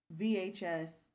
VHS